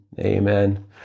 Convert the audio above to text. amen